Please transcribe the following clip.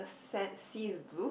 the san~ the sea is blue